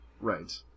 Right